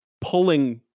pulling